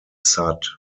sad